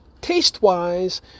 Taste-wise